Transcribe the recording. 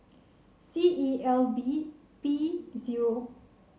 C E L B P zero